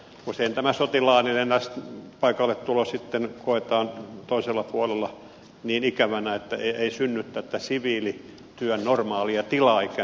usein tämä sotilaallinen paikalletulo koetaan toisella puolella niin ikävänä että ei synny tätä siviilityön normaalia tilaa siihen väliin